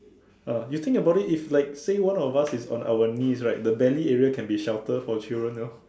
eh you think about it it's like say one of us is on our knees right the belly area can be shelter for children you know